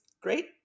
great